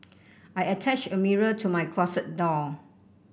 I attached a mirror to my closet door